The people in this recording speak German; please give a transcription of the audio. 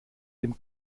dem